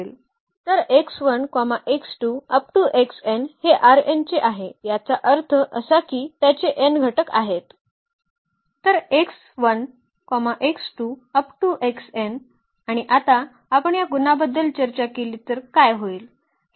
तर हे चे आहे याचा अर्थ असा की त्याचे n घटक आहेत तर आणि आता आपण या गुणाबद्दल चर्चा केली तर काय होईल